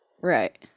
Right